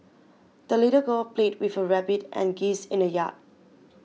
the little girl played with her rabbit and geese in the yard